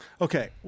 Okay